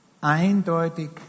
eindeutig